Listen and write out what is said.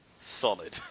solid